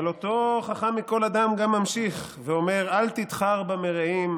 אבל אותו חכם מכל אדם גם ממשיך ואומר: "אל תתחר במרֵעים,